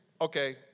okay